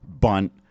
bunt